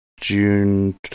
June